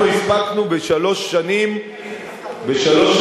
אנחנו הספקנו בשלוש שנים וחודשיים.